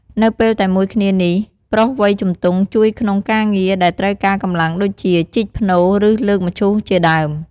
នៅពេលតែមួយគ្នានេះ ប្រុសវ័យជំទង់ជួយក្នុងការងារដែលត្រូវការកម្លាំងដូចជាជីកភ្នូរ ឬលើកមឈូសជាដើម។